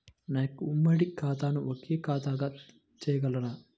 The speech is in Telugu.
నా యొక్క ఉమ్మడి ఖాతాను ఒకే ఖాతాగా చేయగలరా?